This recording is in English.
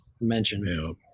mentioned